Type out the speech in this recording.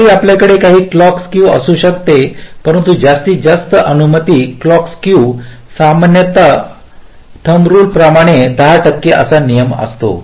जरी आपल्याकडे काही क्लॉक स्केव असू शकते परंतु जास्तीत जास्त अनुमत क्लॉक स्केव सामान्यत अंगठा 10 टक्के असा नियम असतो